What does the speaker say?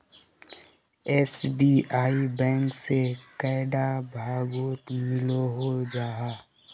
SBI bank से कैडा भागोत मिलोहो जाहा?